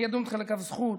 אני אדון אותך לכף זכות,